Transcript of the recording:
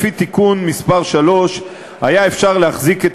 לפי תיקון מס' 3 היה אפשר להחזיק את